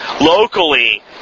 locally